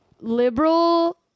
liberal